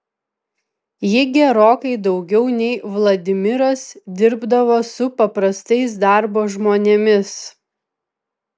ji gerokai daugiau nei vladimiras dirbdavo su paprastais darbo žmonėmis